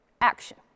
action